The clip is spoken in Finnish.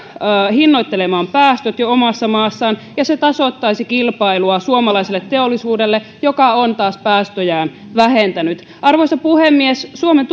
hinnoittelemaan päästöt jo omassa maassaan ja se tasoittaisi kilpailua suomalaiselle teollisuudelle joka on taas päästöjään vähentänyt arvoisa puhemies suomen